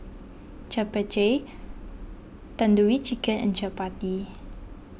Japchae Tandoori Chicken and Chapati